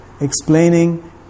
explaining